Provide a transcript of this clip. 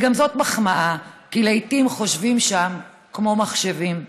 וגם זאת מחמאה, כי לעיתים חושבים שם כמו מחשבים.